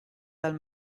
dal